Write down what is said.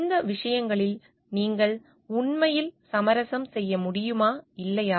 இந்த விஷயங்களில் நீங்கள் உண்மையில் சமரசம் செய்ய முடியுமா இல்லையா